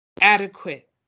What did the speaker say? adequate